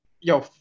yo